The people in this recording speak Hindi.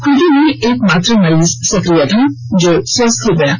खूंटी में एकमात्र मरीज सक्रिय था जो स्वस्थ हो गया है